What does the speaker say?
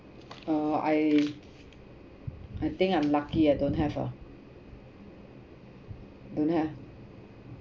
uh I I think I'm lucky I don't have ah don't have